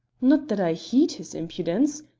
not that i heed his impudence,